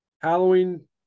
Halloween